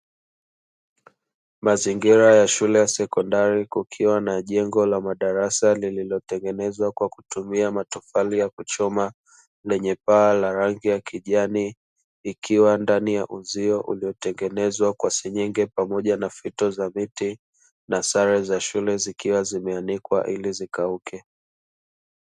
Mazingira ya shule ya sekondari kukiwa na jengo la madarasa lililo tengenezwa kwa kutumia matofali ya kuchoma lenye paa la rangi ya kijani, ikiwa ndani ya uzio uliotengenezwa kwa senyenge pamoja na fito za miti, na sare za shule zikiwa zimeanikwa ili zikauke.